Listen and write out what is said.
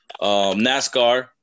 NASCAR